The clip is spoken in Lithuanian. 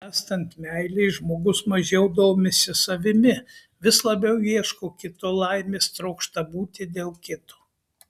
bręstant meilei žmogus mažiau domisi savimi vis labiau ieško kito laimės trokšta būti dėl kito